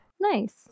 Nice